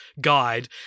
guide